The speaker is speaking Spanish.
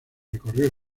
recorrió